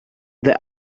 the